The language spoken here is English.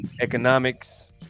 economics